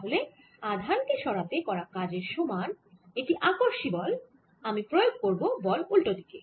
তাহলে আধান কে সরাতে করা কাজের সমান এটি আকর্ষী বল আমি প্রয়োগ করব বল উল্টো দিকে